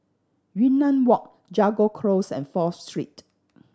Yunnan Walk Jago Close and Fourth Street